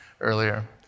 earlier